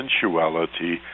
sensuality